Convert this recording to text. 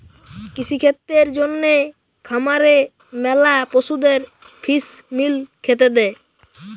কৃষিক্ষেত্রের জন্যে খামারে ম্যালা পশুদের ফিস মিল খেতে দে